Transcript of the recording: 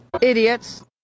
Idiots